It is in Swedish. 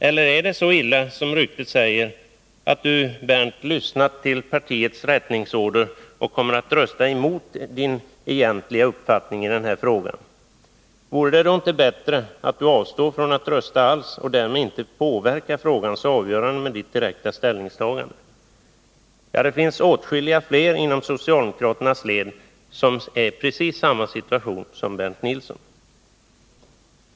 Eller är det så illa som ryktet säger att Bernt Nilsson lyssnat till partiets rättningsorder och kommer att rösta emot sin egentliga uppfattning i den här frågan? Vore det då inte bättre att Bernt Nilsson avstod från att rösta alls och därmed inte påverkar frågans avgörande med sitt direkta ställningstagande? Det finns f.ö. åtskilliga fler inom socialdemokraternas led som är i precis samma situation som Bernt Nilsson.